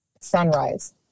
Sunrise